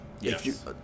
Yes